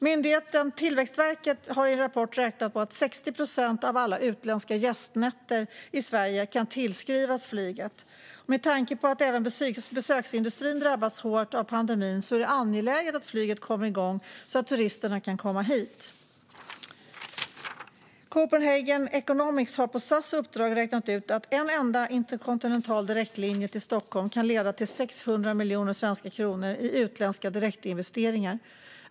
Myndigheten Tillväxtverket har i en rapport räknat ut att 60 procent av alla utländska gästnätter i Sverige kan tillskrivas flyget. Med tanke på att även besöksindustrin drabbats hårt av pandemin är det angeläget att flyget kommer igång så att turisterna kan komma hit. Copenhagen Economics har på SAS uppdrag räknat ut att en enda interkontinental direktlinje till Stockholm kan leda till 600 miljoner svenska kronor i utländska direktinvesteringar.